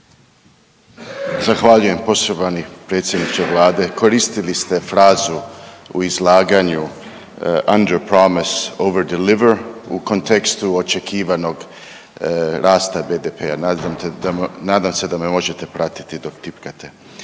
Zahvaljujem. Poštovani predsjedniče vlade, koristili ste frazu u izlaganju …/Govornik se ne razumije/… u kontekstu očekivanog rasta BDP-a. Nadam se da me možete pratiti dok tipkate.